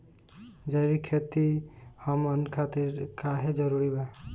जैविक खेती हमन खातिर काहे जरूरी बा?